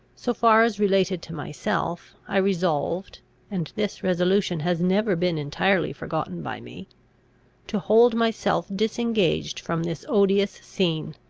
so far as related to myself, i resolved and this resolution has never been entirely forgotten by me to hold myself disengaged from this odious scene,